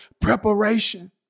preparation